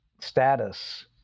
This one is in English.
status